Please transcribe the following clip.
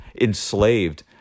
enslaved